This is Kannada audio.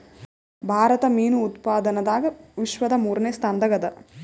ಭಾರತ ಮೀನು ಉತ್ಪಾದನದಾಗ ವಿಶ್ವದ ಮೂರನೇ ಸ್ಥಾನದಾಗ ಅದ